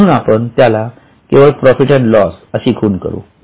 म्हणून आपण त्याला केवळ प्रॉफिट अँड लॉस अशी खून करू